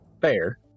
Fair